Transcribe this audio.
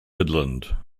midland